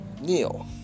Neil